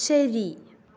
ശരി